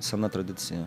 sena tradicija